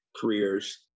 careers